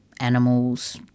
animals